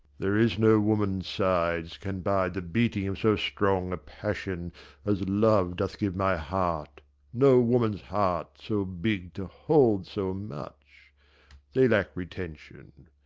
there is no woman's sides can bide the beating of so strong a passion as love doth give my heart no woman's heart so big to hold so much they lack retention.